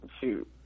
shoot